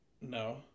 No